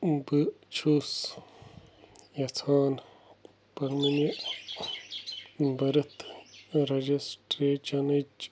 بہٕ چھُس یژھان پَنٛنہِ بٔرٕتھ رَجَسٹریچنٕچ